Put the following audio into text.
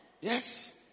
Yes